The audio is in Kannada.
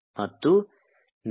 ಮತ್ತು ನಾವು